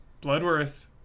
Bloodworth